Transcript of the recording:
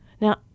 Now